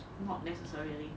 not necessarily